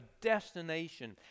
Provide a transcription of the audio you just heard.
destination